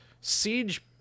Siege